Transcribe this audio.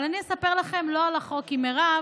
אבל אני אספר לכם לא על החוק, כי מירב